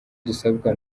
dusabwa